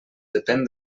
depèn